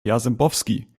jarzembowski